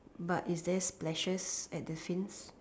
but is there splashes at the scene